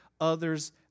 others